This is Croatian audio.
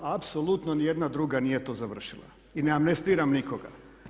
Apsolutno nijedna druga nije to završila i ne amnestiram nikoga.